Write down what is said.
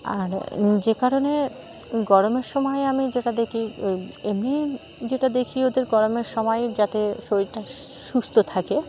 আর যে কারণে গরমের সময়ে আমি যেটা দেখি এমনিই যেটা দেখি ওদের গরমের সময় যাতে শরীরটা সুস্থ থাকে